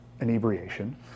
Inebriation